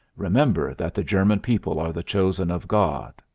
remember that the german people are the chosen of god.